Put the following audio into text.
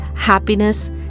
happiness